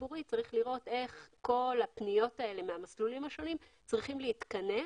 ציבורי צריך לראות איך כל הפניות האלה מהמסלולים השונים צריכים להתכנס